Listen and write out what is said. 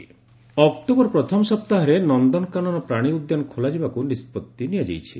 ନନକାନନ October ପ୍ରଥମ ସପ୍ତାହରେ ନନକାନନ ପ୍ରାଶୀ ଉଦ୍ୟାନ ଖୋଲାଯିବାକୁ ନିଷ୍ବଭି ନିଆଯାଇଛି